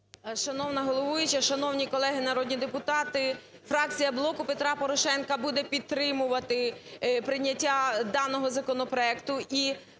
Шановна головуюча! Шановні колеги народні депутати! Фракція "Блок Петра Порошенка" буде підтримувати прийняття даного законопроекту.